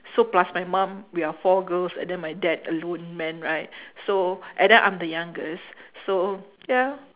so plus my mum we are four girls and then my dad alone man right so and then I'm the youngest so ya